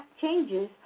changes